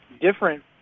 different